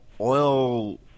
Oil